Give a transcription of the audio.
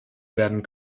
werden